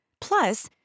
Plus